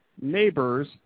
neighbor's